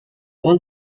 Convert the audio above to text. all